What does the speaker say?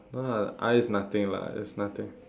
no lah I is nothing lah it's nothing